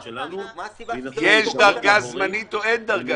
יש דרגה זמנית או אין דרגה זמנית?